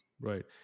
Right